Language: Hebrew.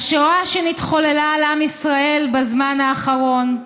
"השואה שנתחוללה על עם ישראל בזמן האחרון,